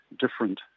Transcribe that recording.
different